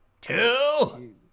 two